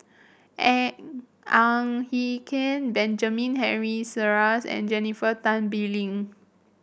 Ang Hin Kee Benjamin Henry Sheares and Jennifer Tan Bee Leng